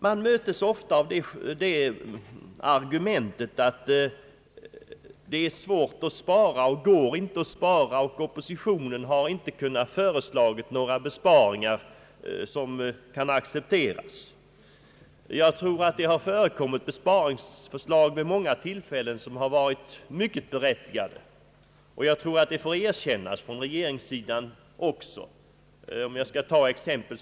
Man möts ofta av argumentet att det är svårt att spara, att det inte går att spara och att oppositionen inte har kunnat föreslå besparingar som kan accepteras. Jag tror det har förekommit besparingsförslag vid många tillfällen som har varit mycket berättigade — det får man nog även från regeringshåll lov att erkänna.